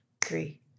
three